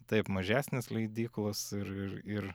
taip mažesnės leidyklos ir ir ir